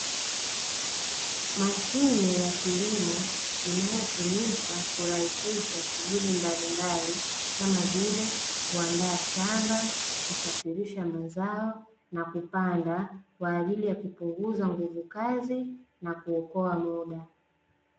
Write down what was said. Mashine ya kilimo inayotumika kurahisisha shughuli mbalimbali, kama vile; kuandaa shamba, kusafirisha mazao na kupanda, kwa ajili ya kupunguza nguvu kazi na kuokoa muda.